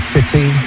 City